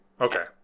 Okay